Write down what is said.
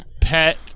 Pet